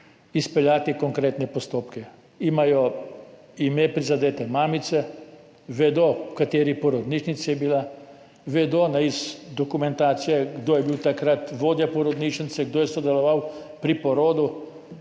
izpeljati konkretne postopke. Imajo ime prizadete mamice, vedo, v kateri porodnišnici je bila, iz dokumentacije vedo, kdo je bil takrat vodja porodnišnice, kdo je sodeloval pri porodu,